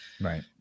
Right